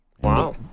Wow